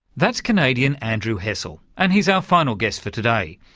that's canadian andrew hessel, and he's our final guest for today.